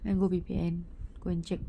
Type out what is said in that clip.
then go V_P_N go and check